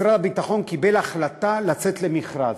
משרד הביטחון קיבל החלטה לצאת למכרז,